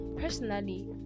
personally